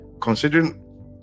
considering